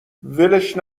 ولش